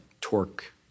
torque